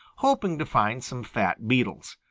hoping to find some fat beetles.